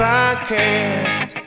Podcast